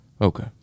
Okay